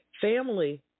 Family